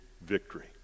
victory